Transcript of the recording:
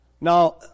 Now